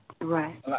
Right